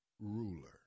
ruler